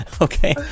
Okay